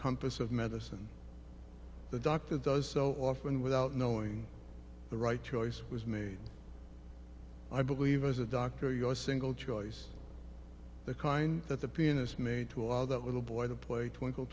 compass of medicine the doctor does so often without knowing the right choice was made i believe as a doctor your single choice the kind that the pianist made to allow that little boy to play tw